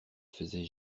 faisait